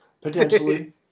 potentially